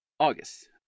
August